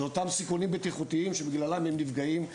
זה אותם סיכונים בטיחותיים שבגללם הם נפגעים.